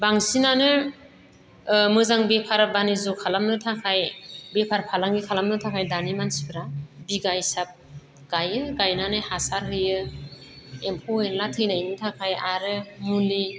बांसिनानो मोजां बेफार बानिज्य' खालामनो थाखाय बेफार फालांगि खालामनो थाखाय दानि मानसिफोरा बिगा हिसाब गायो गायनानै हासार होयो एम्फौ एनला थैनायनि थाखाय आरो मुलि